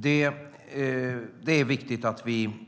Det är viktigt att vi